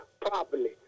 properly